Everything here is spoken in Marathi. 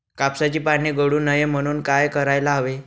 कापसाची पाने गळू नये म्हणून काय करायला हवे?